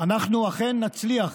אנחנו אכן נצליח,